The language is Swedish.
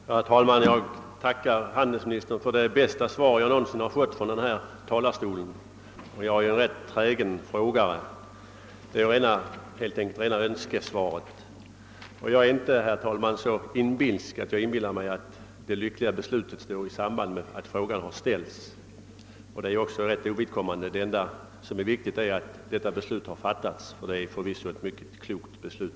Herr talman! Jag tackar handelsministern för det bästa svar jag någonsin har fått från denna talarstol, och jag är en rätt trägen frågare. Det är helt enkelt rena önskesvaret. Jag är inte, herr talman, så inbilsk att jag tror att det lyckliga beslutet står i samband med att frågan har ställts. Det är också rätt ovidkommande. Det enda som är viktigt är att detta beslut har fattats, och det är förvisso ett mycket klokt beslut.